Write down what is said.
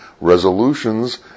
Resolutions